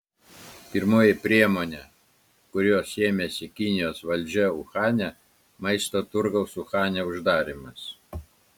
pirmoji priemonė kurios ėmėsi kinijos valdžia uhane maisto turgaus uhane uždarymas